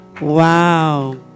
Wow